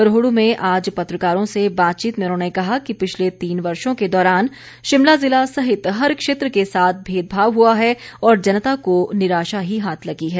रोहड् में आज पत्रकारों से बातचीत में उन्होंने कहा कि पिछले तीन वर्षों के दौरान शिमला जिला सहित हर क्षेत्र के साथ भेदभाव हुआ है और जनता को निराशा ही हाथ लगी है